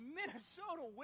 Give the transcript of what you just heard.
Minnesota